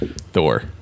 Thor